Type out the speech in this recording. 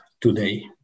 today